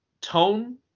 tone